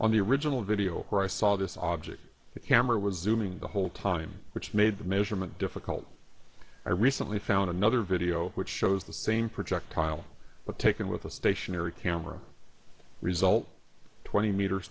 on the original video where i saw this object the camera was zooming the whole time which made the measurement difficult i recently found another video which shows the same projectile but taken with a stationary camera result twenty meters